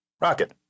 Rocket